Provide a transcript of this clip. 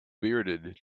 bearded